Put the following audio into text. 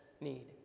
need